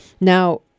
Now